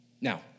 Now